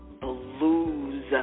blues